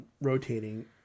rotating